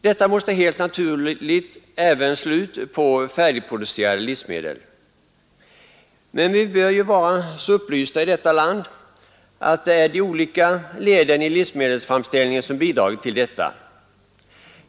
Det måste helt naturligt även slå ut på färdigproducerade livsmedel, men vi bör väl vara så upplysta i detta land att vi vet att alla leden i livsmedelsframställningen bidrar till prisstegringen.